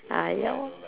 ah ya lor